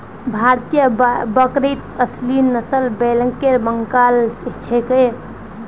भारतीय बकरीत असली नस्ल ब्लैक बंगाल छिके